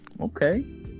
okay